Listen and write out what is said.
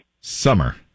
Summer